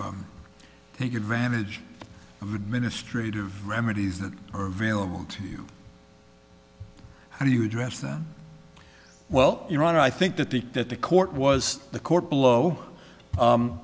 take advantage of administrative remedies that are available to you how do you address that well you know i think that the that the court was the court below